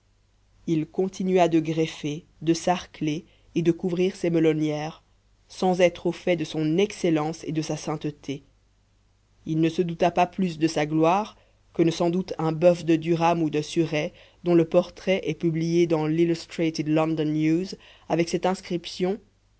il continua de greffer de sarcler et de couvrir ses melonnières sans être au fait de son excellence et de sa sainteté il ne se douta pas plus de sa gloire que ne s'en doute un boeuf de durham ou de surrey dont le portrait est publié dans l illustrated london news avec cette inscription